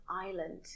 island